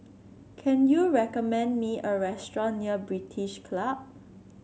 can you recommend me a restaurant near British Club